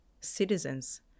citizens